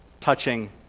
touching